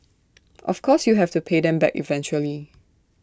of course you have to pay them back eventually